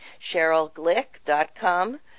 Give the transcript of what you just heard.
cherylglick.com